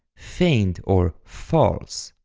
feigned, or false.